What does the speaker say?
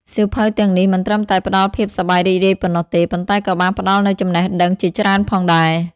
សៀវភៅទាំងនេះមិនត្រឹមតែផ្តល់ភាពសប្បាយរីករាយប៉ុណ្ណោះទេ ប៉ុន្តែក៏បានផ្តល់នូវចំណេះដឹងជាច្រើនផងដែរ។